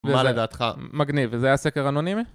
מה לדעתך? מגניב, זה היה סקר אנונימי?